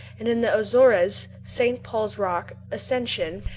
and in the azores, st. paul's rocks, ascension,